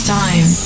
time